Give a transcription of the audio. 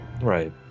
Right